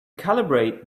calibrate